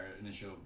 initial